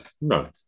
no